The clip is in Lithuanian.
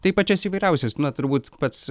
tai pačias įvairiausias na turbūt pats